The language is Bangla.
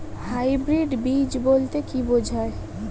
হাইব্রিড বীজ বলতে কী বোঝায়?